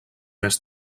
més